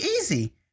easy